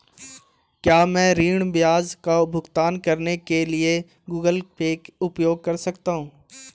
क्या मैं ऋण ब्याज का भुगतान करने के लिए गूगल पे उपयोग कर सकता हूं?